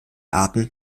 arten